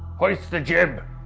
hoist the jib.